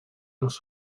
los